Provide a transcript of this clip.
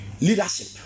Leadership